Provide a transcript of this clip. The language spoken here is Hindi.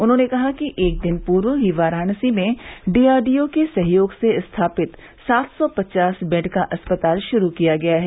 उन्होंने कहा कि एक दिन पूर्व ही वाराणसी में डीआरडीओ के सहयोग से स्थापित सात सौ पचास बेड का अस्पताल शुरू किया गया है